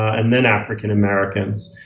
and then african-americans.